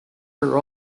her